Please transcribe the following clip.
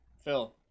Phil